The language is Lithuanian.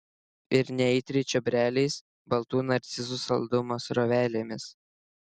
ir neaitriai čiobreliais baltų narcizų saldumo srovelėmis